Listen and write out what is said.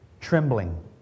trembling